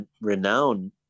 renowned